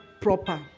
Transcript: proper